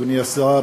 אדוני השר,